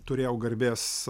turėjau garbės